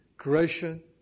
Creation